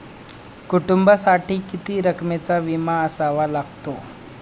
कुटुंबासाठी किती रकमेचा विमा असावा लागतो?